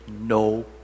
no